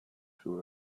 too